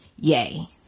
Yay